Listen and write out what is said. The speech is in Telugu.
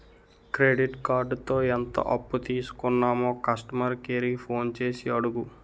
క్రెడిట్ కార్డుతో ఎంత అప్పు తీసుకున్నామో కస్టమర్ కేర్ కి ఫోన్ చేసి అడుగు